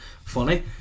funny